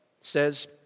says